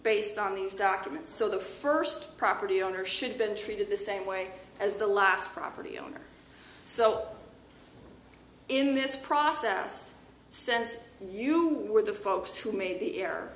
based on these documents so the first property owner should been treated the same way as the last property owner so in this process since you were the folks who made the